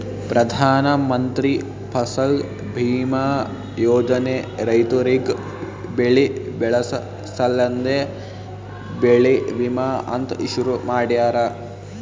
ಪ್ರಧಾನ ಮಂತ್ರಿ ಫಸಲ್ ಬೀಮಾ ಯೋಜನೆ ರೈತುರಿಗ್ ಬೆಳಿ ಬೆಳಸ ಸಲೆಂದೆ ಬೆಳಿ ವಿಮಾ ಅಂತ್ ಶುರು ಮಾಡ್ಯಾರ